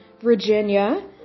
Virginia